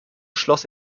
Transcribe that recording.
schloss